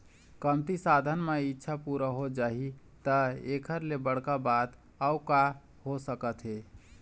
कमती साधन म इच्छा पूरा हो जाही त एखर ले बड़का बात अउ का हो सकत हे